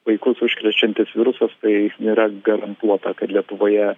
vaikus užkrečiantis virusas tai yra garantuota kad lietuvoje